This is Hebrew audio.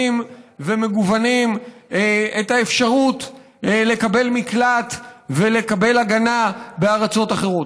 ומגוונים את האפשרות לקבל מקלט ולקבל הגנה בארצות אחרות.